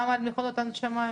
גם מכונות ההנשמה,